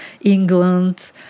England